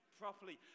properly